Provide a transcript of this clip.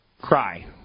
cry